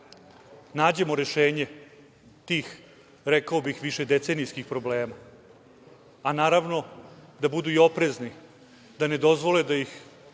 nađemo rešenje tih, rekao bih višedecenijskih problema, a naravno i da budu oprezni, da ne dozvole, da ih